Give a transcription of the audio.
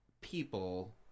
people